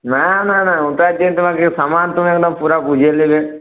না না না ওটা যেয়ে তোমাকে সামান তুমি একদম পুরো বুঝে নেবে